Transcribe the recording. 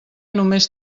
només